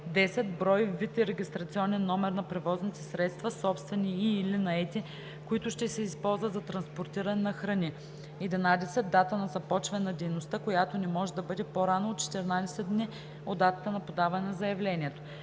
10. брой, вид и регистрационен номер на превозните средства, собствени и/или наети, които ще се използват за транспортиране на храни; 11. дата на започване на дейността, която не може да бъде по-рано от 14 дни от датата на подаване на заявлението;